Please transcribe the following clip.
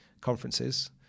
conferences